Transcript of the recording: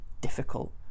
difficult